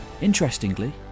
Interestingly